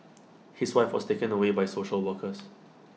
his wife was taken away by social workers